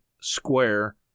Square